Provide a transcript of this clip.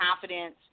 confidence